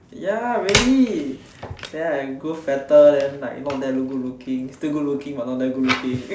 ya really then I grow fatter then like not that good looking still good looking but not that good looking